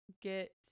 get